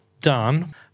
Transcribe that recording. done